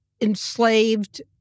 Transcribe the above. enslaved